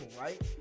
right